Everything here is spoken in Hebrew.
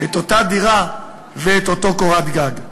את אותה דירה ואת אותה קורת גג.